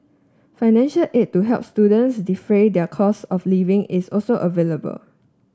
financial aid to help students defray their costs of living is also available